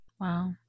Wow